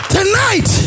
Tonight